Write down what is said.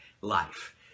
life